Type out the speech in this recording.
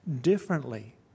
differently